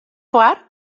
foar